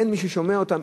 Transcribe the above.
אין מי ששומע אותם,